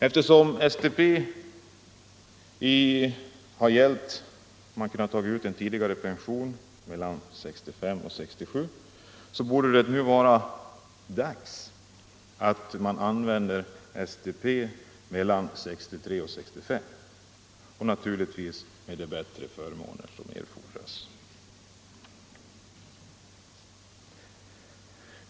Eftersom man i STP har kunnat ta ut förtidspension mellan 65 och 67 års ålder borde det nu vara dags att använda STP för pensionering mellan 63 och 65 års ålder och naturligtvis med de bättre förmåner som erfordras.